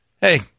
Hey